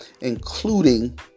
including